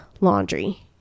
Laundry